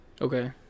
okay